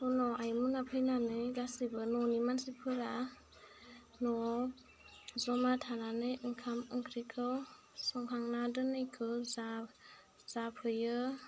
उनाव आइमोना फैनानै गासैबो न'नि मानसिफोरा न'वाव जमा थानानै ओंखाम ओंख्रिखौ संखांना दोन्नायखौ जा जाफैयो